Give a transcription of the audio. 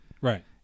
right